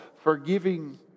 forgiving